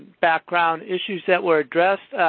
background issues that were addressed.